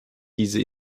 diese